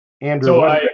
Andrew